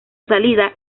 salida